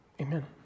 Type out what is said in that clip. Amen